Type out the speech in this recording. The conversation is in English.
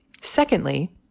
Secondly